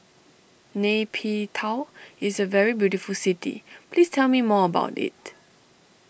Nay Pyi Taw is a very beautiful city please tell me more about it